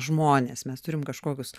žmonės mes turim kažkokius